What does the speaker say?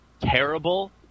terrible